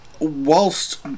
whilst